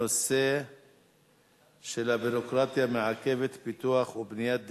הנושא הביורוקרטיה מעכבת פיתוח ובנייה של